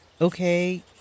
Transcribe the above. Okay